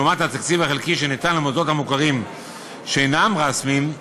לעומת התקציב החלקי שניתן למוסדות המוכרים שאינם רשמיים,